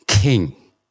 King